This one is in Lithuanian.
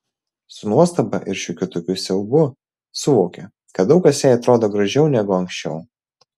su nuostaba ir šiokiu tokiu siaubu suvokė kad daug kas jai atrodo gražiau negu anksčiau